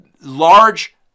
large